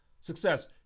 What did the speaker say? Success